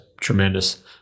tremendous